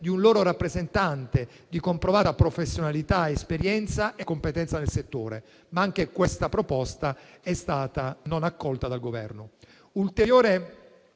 di un loro rappresentante di comprovata professionalità, esperienza e competenza nel settore. Ma anche questa proposta non è stata accolta dal Governo.